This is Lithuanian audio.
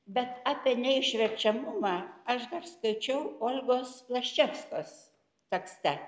bet apie neišverčiamumą aš dar skaičiau olgos plaščevskos tekste